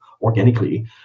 organically